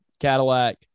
Cadillac